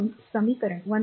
म्हणून समीकरण १